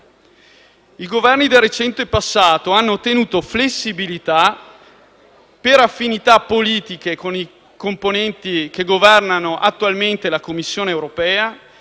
I Governi del recente passato hanno ottenuto flessibilità per affinità politiche con i componenti che governano attualmente la Commissione europea